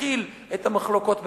להכיל את המחלוקות בתוכנו.